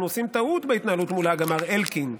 אנחנו עושים טעות בהתנהלות מול האג, אמר אלקין.